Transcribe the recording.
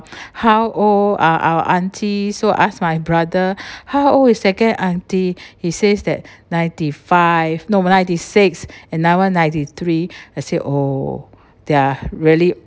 how old ah our aunty so ask my brother how old is second aunty he says that ninety five no ninety six another one ninety three I say oh they are really